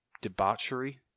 debauchery